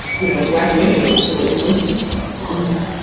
you know, black women were with hillary clinton for a long time.